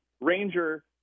ranger